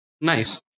Nice